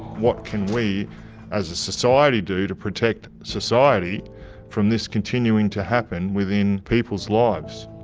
what can we as a society do to protect society from this continuing to happen within people's lives?